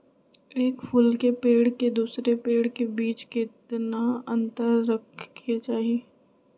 एक फुल के पेड़ के दूसरे पेड़ के बीज केतना अंतर रखके चाहि?